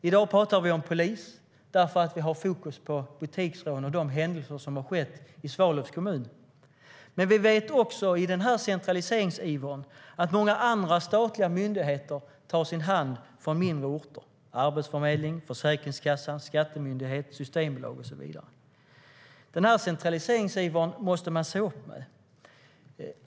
I dag pratar vi om polis för att vi har fokus på butiksrån och det som har skett i Svalövs kommun, men vi vet också att i centraliseringsivern tar många andra statliga myndigheter sin hand från mindre orter - arbetsförmedling, försäkringskassa, skattemyndighet, systembolag och så vidare. Man måste se upp med den här centraliseringsivern.